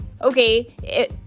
Okay